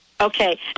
Okay